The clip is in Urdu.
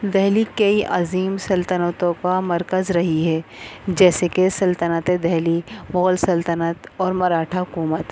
دہلی کئی عظیم سلطنتوں کا مرکز رہی ہے جیسے کہ سلطنت دہلی ول سلطنت اور مراٹھا حکومت